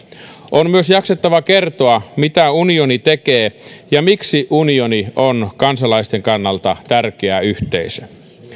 on myös jaksettava kertoa mitä unioni tekee ja miksi unioni on kansalaisten kannalta tärkeä yhteisö